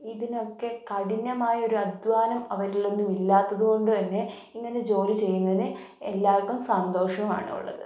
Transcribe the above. ഇതിനൊക്കെ കഠിനമായൊരു അദ്ധ്വാനം അവരിൽ ഒന്നും ഇല്ലാത്തതുകൊണ്ട് തന്നെ ഇങ്ങനെ ജോലി ചെയ്യുന്നതിന് എല്ലാവർക്കും സന്തോഷവുമാണ് ഉള്ളത്